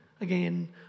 again